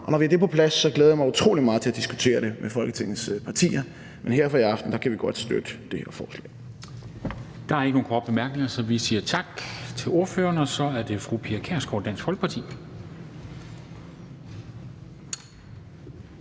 Når vi har det på plads, glæder jeg mig utrolig meget til at diskutere det med Folketingets partier. Men her for i aften kan vi godt støtte det her forslag. Kl. 19:39 Formanden (Henrik Dam Kristensen): Der er ikke nogen korte bemærkninger. Vi siger tak til ordføreren, og så er det fru Pia Kjærsgaard, Dansk Folkeparti.